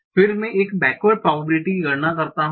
फिर मैं एक बैक्वर्ड प्रॉबबिलिटी की गणना करता हूं